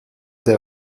der